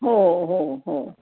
हो हो हो